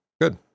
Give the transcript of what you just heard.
Good